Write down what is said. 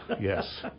yes